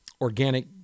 organic